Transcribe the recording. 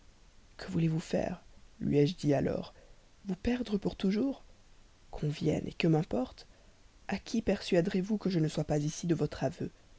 que voulez-vous faire lui ai-je dit alors vous perdre pour toujours qu'on vienne que m'importe a qui persuaderez vous que je ne sois pas ici de votre aveu